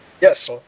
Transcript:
Yes